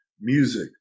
music